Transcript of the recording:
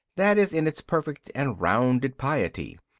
that is in its perfect and rounded piety,